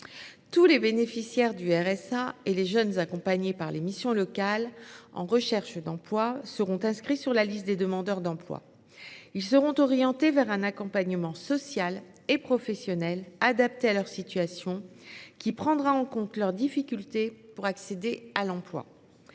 Tous les bénéficiaires du RSA et les jeunes accompagnés par les missions locales en recherche d’emploi seront inscrits sur la liste des demandeurs d’emploi. Ils seront orientés vers un accompagnement social et professionnel adapté à leur situation, qui prendra en compte leurs difficultés pour accéder à l’emploi.